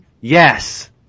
Yes